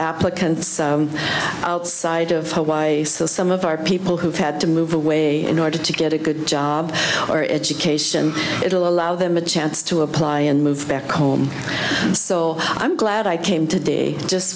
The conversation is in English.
applicants outside of hawaii so some of our people who've had to move away in order to get a good job or education it will allow them a chance to apply and move back home so i'm glad i came to the just